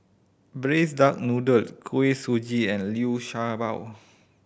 Braised Duck Noodle Kuih Suji and Liu Sha Bao